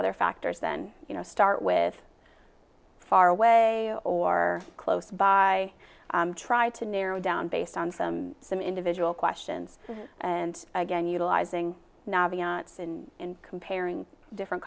other factors then you know start with far away or close by try to narrow down based on some individual questions and again utilizing navea in comparing different